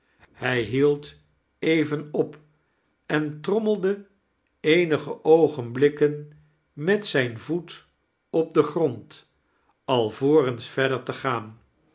hij hield even op en tronimelde eenige oogenblikken melt zijn voet op den grond alvorens verder te gaan